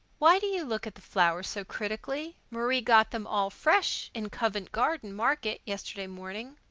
why do you look at the flowers so critically? marie got them all fresh in covent garden market yesterday morning.